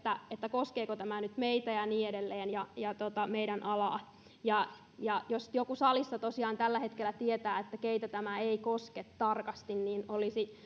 koskeeko tämä nyt meitä ja ja meidän alaa ja niin edelleen jos joku salissa tosiaan tällä hetkellä tietää tarkasti keitä tämä ei koske niin olisi